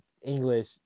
English